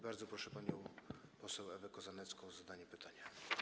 Bardzo proszę panią poseł Ewę Kozanecką o zadanie pytania.